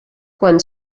quan